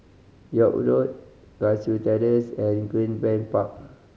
York Road Cashew Terrace and Greenbank Park